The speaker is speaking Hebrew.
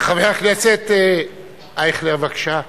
חבר הכנסת ישראל אייכלר, בבקשה.